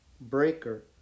Breaker